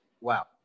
wow